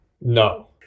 No